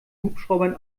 hubschraubern